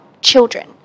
children